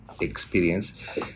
experience